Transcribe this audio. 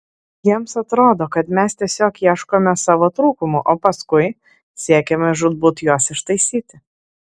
jiems atrodo kad mes tiesiog ieškome savo trūkumų o paskui siekiame žūtbūt juos ištaisyti